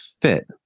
fit